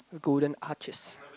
Golden Arches